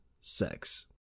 sex